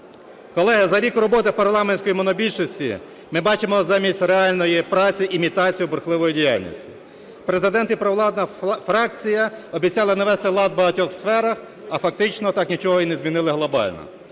Колеги, за рік роботи парламентської монобільшості ми бачимо замість реальної праці імітацію бурхливої діяльності. Президент і провладна фракція обіцяли навести лад в багатьох сферах, а фактично так нічого і не змінили глобально.